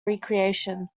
recreation